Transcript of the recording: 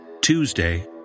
Tuesday